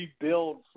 rebuild